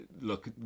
look